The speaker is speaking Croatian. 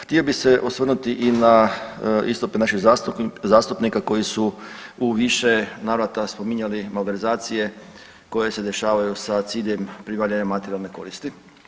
Htio bih se osvrnuti istup naših zastupnika koji su u više navrata spominjali malverzacije koje se dešavaju sa ciljem pribavljanja materijalne koristi.